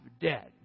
dead